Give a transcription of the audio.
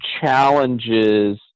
challenges